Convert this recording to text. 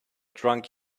drunk